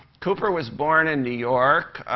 cooper was born in new york.